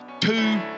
two